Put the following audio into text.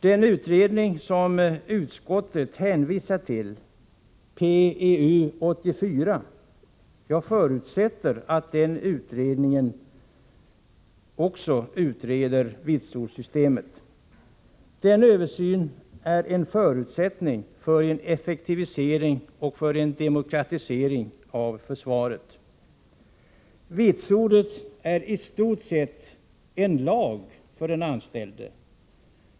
Den utredning som utskottet hänvisat till, PEU 84, förutsätter jag utreder vitsordssystemet. Den översynen är en förutsättning för en effektivisering och demokratisering av försvaret. Ett vitsord är i stort sett en lag för den anställde.